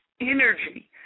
energy